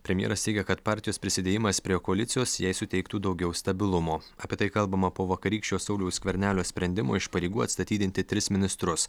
premjeras teigia kad partijos prisidėjimas prie koalicijos jai suteiktų daugiau stabilumo apie tai kalbama po vakarykščio sauliaus skvernelio sprendimo iš pareigų atstatydinti tris ministrus